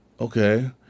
okay